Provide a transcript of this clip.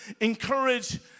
encourage